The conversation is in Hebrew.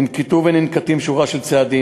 ננקטו וננקטים שורה של צעדים,